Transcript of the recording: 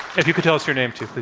if you can tell us your name too,